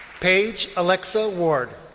paige alexa ward.